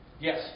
Yes